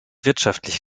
wirtschaftlich